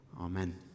Amen